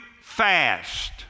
fast